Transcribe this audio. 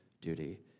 duty